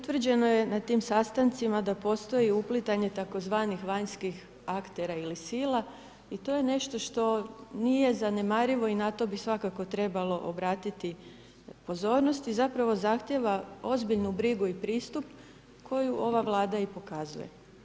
Utvrđeno je na tim sastancima da postoji uplitanje tzv. vanjskih aktera ili sila i to je nešto što nije zanemarivo i na to bi svakako trebalo obratiti pozornost i zapravo zahtijeva ozbiljnu brigu i pristup koju ova Vlada i pokazuje.